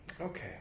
Okay